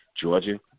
Georgia